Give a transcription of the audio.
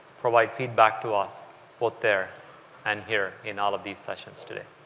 provide feedback to us both there and here in all of these sessions today.